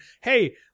hey